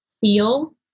feel